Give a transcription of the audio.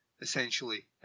essentially